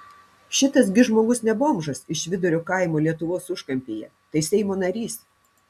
šitas gi žmogus ne bomžas iš vidurio kaimo lietuvos užkampyje tai seimo narys